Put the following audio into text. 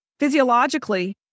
physiologically